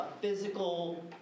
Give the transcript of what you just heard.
physical